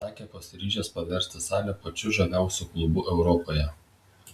sakė pasiryžęs paversti salę pačiu žaviausiu klubu europoje